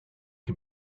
can